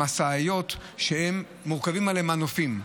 המשאיות שמורכבים עליהן מנופים,